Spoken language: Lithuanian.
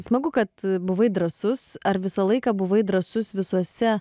smagu kad buvai drąsus ar visą laiką buvai drąsus visuose